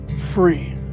free